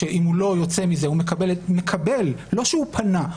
שאם הוא לא יוצא מזה הוא מקבל לא שהוא פנה,